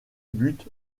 buts